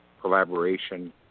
collaboration